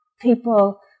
people